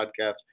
podcast